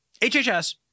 HHS